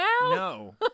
No